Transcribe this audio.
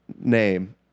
name